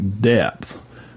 depth